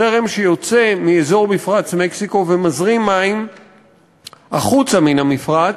זרם שיוצא מאזור מפרץ מקסיקו ומזרים מים החוצה מן המפרץ,